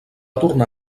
tornar